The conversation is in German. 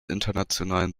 internationalen